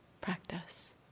practice